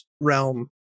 realm